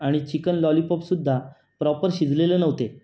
आणि chicken lollipop सुद्धा proper शिजलेले नव्हते